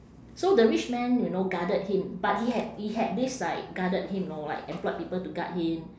so the rich man you know guarded him but he had he had this like guarded him know like employed people to guard him